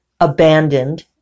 abandoned